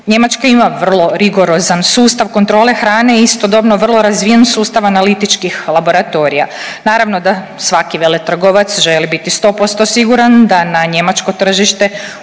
Njemačka ima vrlo rigorozan sustav kontrole hrane i istodobno vrlo razvijen sustav analitičkih laboratorija. Naravno da svaki veletrgovac želi biti 100% siguran da na njemačko tržište